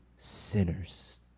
Sinners